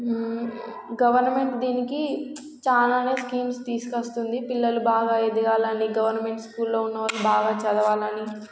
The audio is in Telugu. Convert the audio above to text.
గవర్నమెంట్ దీనికి చాలానే స్కీమ్స్ తీసుకొస్తుంది పిల్లలు బాగా ఎదగాలని గవర్నమెంట్ స్కూల్లో ఉన్నవాళ్ళు బాగా చదవాలని